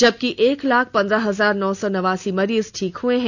जबकि एक लाख पंद्रह हजार नौ नवासी मरीज ठीक हुए हैं